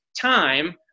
time